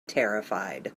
terrified